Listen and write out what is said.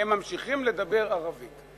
הם ממשיכים לדבר ערבית.